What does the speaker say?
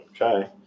Okay